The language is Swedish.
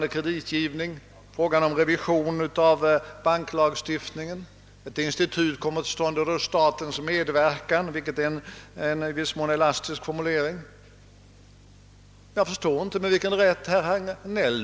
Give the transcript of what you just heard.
De krav på en sparstimulerande politik som framförts många gånger från alla oppositionspartierna avvisas år efter år av regeringen.